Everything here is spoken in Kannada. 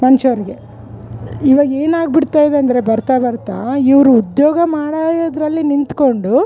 ಮನುಷ್ಯರಿಗೆ ಇವಾಗ ಏನಾಗಿ ಬಿಡ್ತಾಯಿದೆ ಅಂದರೆ ಬರ್ತಾ ಬರ್ತಾ ಇವರು ಉದ್ಯೋಗ ಮಾಡಯೋದರಲ್ಲಿ ನಿಂತ್ಕೊಂಡು